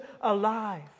alive